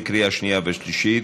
בקריאה שנייה ושלישית.